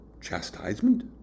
chastisement